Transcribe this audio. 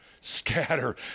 scatter